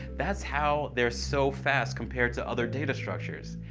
that's how they're so fast compared to other data structures.